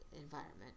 environment